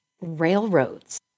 railroads